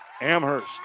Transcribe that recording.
Amherst